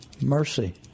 mercy